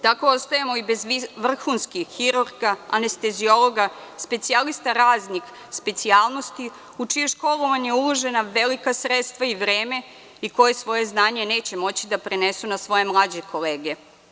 Tako ostajemo i bez vrhunskih hirurga, anesteziologa, specijalista raznih specijalnosti u čije školovanje su uložena velika sredstva i vreme i koji svoje znanje neće moći da prenesu na svoje mlađe kolege.